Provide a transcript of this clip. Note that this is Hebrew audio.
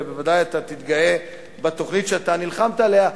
ובוודאי תתגאה בתוכנית שנלחמת עליה,